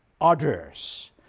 others